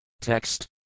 Text